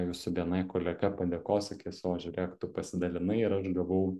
jūsų bni kolega padėkos sakis o žiūrėk tu pasidalinai ir aš gavau